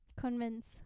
convince